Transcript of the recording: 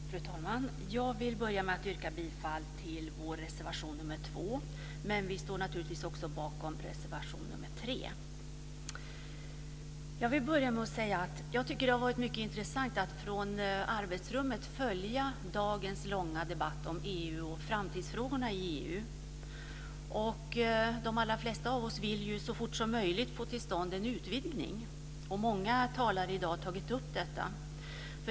Fru talman! Jag vill börja med att yrka bifall till vår reservation nr 2, men vi står naturligtvis också bakom reservation nr 3. Jag tycker att det har varit mycket intressant att från mitt arbetsrum följa dagens långa debatt om EU och framtidsfrågorna i EU. De allra flesta av oss vill ju så fort som möjligt få till stånd en utvidgning, och många talare har tagit upp detta.